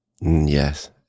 Yes